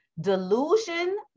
Delusion